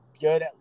good